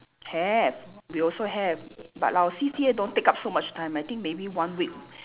have we also have but our C_C_A don't take up so much time I think maybe one week